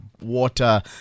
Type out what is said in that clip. water